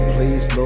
Please